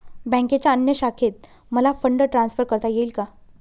बँकेच्या अन्य शाखेत मला फंड ट्रान्सफर करता येईल का?